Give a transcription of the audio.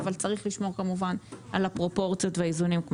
אבל צריך לשמור על פרופורציות ואיזונים.